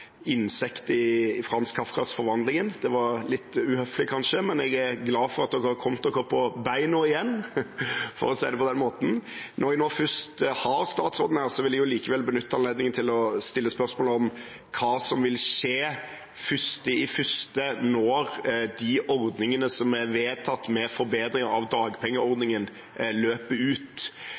insektet i Franz Kafkas «Forvandlingen». Det var litt uhøflig, kanskje, men jeg er glad for at Arbeiderpartiet har kommet seg på beina igjen, for å si det på den måten. Når jeg først har statsråden her, vil jeg likevel benytte anledningen til å stille spørsmål om hva som vil skje 1. januar, når de ordningene som er vedtatt med hensyn til forbedring av dagpengeordningen, løper ut.